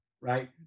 right